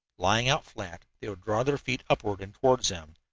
lying out flat, they would draw their feet upward and toward them,